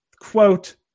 quote